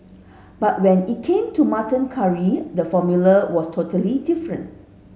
but when it came to mutton curry the formula was totally different